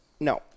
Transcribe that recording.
No